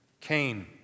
Cain